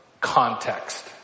context